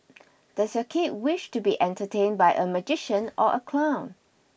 does your kid wish to be entertained by a magician or a clown